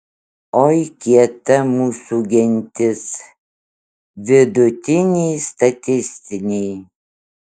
oi kieta mūsų gentis vidutiniai statistiniai